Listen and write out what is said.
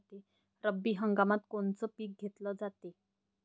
रब्बी हंगामात कोनचं पिक घेतलं जाते?